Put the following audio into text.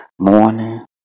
morning